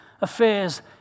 affairs